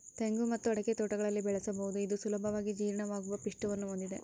ತೆಂಗು ಮತ್ತು ಅಡಿಕೆ ತೋಟಗಳಲ್ಲಿ ಬೆಳೆಸಬಹುದು ಇದು ಸುಲಭವಾಗಿ ಜೀರ್ಣವಾಗುವ ಪಿಷ್ಟವನ್ನು ಹೊಂದಿದೆ